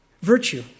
Virtue